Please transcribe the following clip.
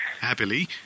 happily